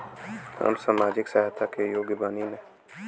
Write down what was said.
हम सामाजिक सहायता के योग्य बानी?